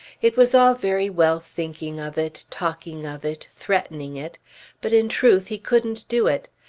it was all very well thinking of it, talking of it, threatening it but in truth he couldn't do it.